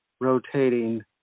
rotating